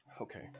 Okay